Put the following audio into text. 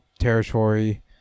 territory